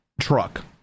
truck